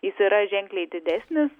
jis yra ženkliai didesnis